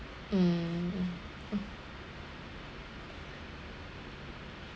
mm